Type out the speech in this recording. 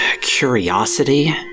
curiosity